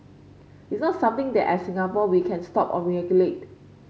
it's not something that as Singapore we can stop or regulate